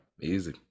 Easy